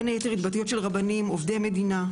בין היתר התבטאויות של רבנים, עובדי מדינה,